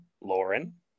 Lauren